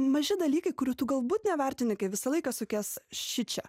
maži dalykai kurių tu galbūt nevertini kai visą laiką sukies šičia